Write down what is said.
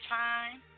time